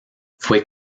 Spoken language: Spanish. fue